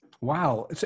Wow